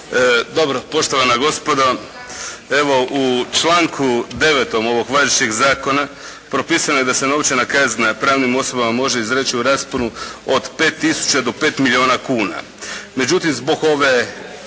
Dobro. Poštovana gospodo! Evo, u članku 9. ovog važećeg zakona propisano je da se novčana kazna pravnim osobama može izreći u rasponu od pet tisuća do pet milijuna kuna. Međutim, kako